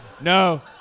No